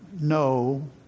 no